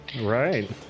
Right